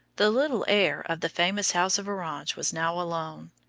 the little heir of the famous house of orange was now alone.